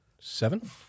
seven